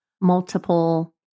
multiple